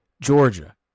Georgia